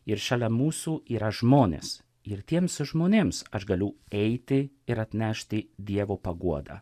ir šalia mūsų yra žmonės ir tiems žmonėms aš galiu eiti ir atnešti dievo paguodą